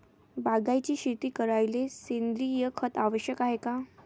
बागायती शेती करायले सेंद्रिय खत आवश्यक हाये का?